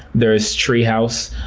there's treehouse,